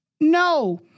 No